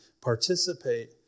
participate